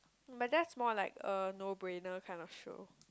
but that's more like a no brainer kind of show